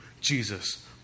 Jesus